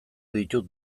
ditut